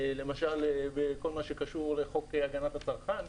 למשל, בכל מה שקשור לחוק הגנת הצרכן,